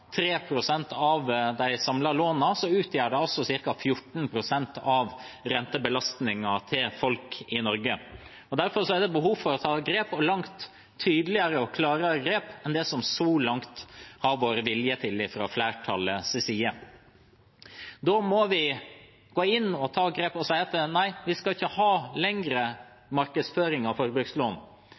av de samlede lånene, utgjør det ca. 14 pst. av rentebelastningen til folk i Norge. Derfor er det behov for å ta grep – og langt tydeligere og klarere grep enn det som det så langt har vært vilje til fra flertallets side. Da må vi gå inn og ta grep og si at nei, vi skal ikke lenger ha markedsføring av forbrukslån.